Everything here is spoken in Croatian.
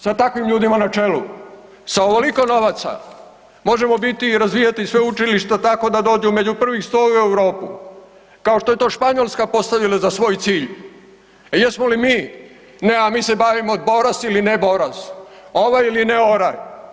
Sa takvim ljudima na čelu, sa ovoliko novaca, možemo biti i razvijati sveučilišta tako da dođu među prvih 100 u Europu, kao što je to Španjolska postavila za svoj cilj, a jesmo li mi, ne, a mi se bavimo Boras ili ne Boras, ovaj ili ne ... Sramota.